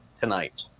tonight